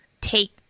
take